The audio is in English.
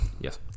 Yes